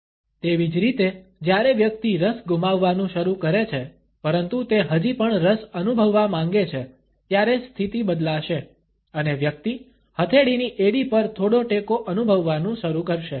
તેવી જ રીતે જ્યારે વ્યક્તિ રસ ગુમાવવાનું શરૂ કરે છે પરંતુ તે હજી પણ રસ અનુભવવા માંગે છે ત્યારે સ્થિતિ બદલાશે અને વ્યક્તિ હથેળીની એડી પર થોડો ટેકો અનુભવવાનું શરૂ કરશે